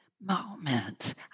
moments